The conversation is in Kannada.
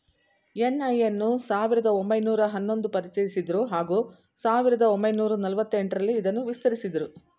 ಎನ್.ಐ ಅನ್ನು ಸಾವಿರದ ಒಂಬೈನೂರ ಹನ್ನೊಂದು ಪರಿಚಯಿಸಿದ್ರು ಹಾಗೂ ಸಾವಿರದ ಒಂಬೈನೂರ ನಲವತ್ತ ಎಂಟರಲ್ಲಿ ಇದನ್ನು ವಿಸ್ತರಿಸಿದ್ರು